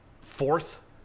fourth